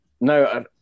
No